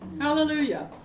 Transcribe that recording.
Hallelujah